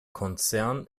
konzern